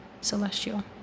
Celestial